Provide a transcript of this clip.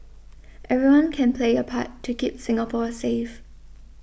everyone can play a part to keep Singapore safe